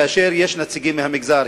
כאשר יש נציגים מהמגזר,